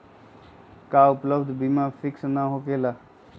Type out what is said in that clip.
का उपलब्ध बीमा फिक्स न होकेला?